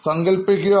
സങ്കൽപ്പിക്കുക